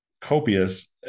copious